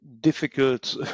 difficult